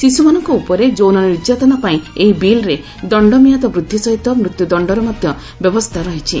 ଶିଶୁମାନଙ୍କ ଉପରେ ଯୌନ ନିର୍ଯାତନା ପାଇଁ ଏହି ବିଲ୍ରେ ଦଣ୍ଡମିଆଦ ବୃଦ୍ଧି ସହିତ ମୃତ୍ୟୁ ଦଣ୍ଡର ମଧ୍ୟ ବ୍ୟବସ୍ଥା ରହିଛି